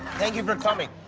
thank you for coming.